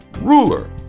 ruler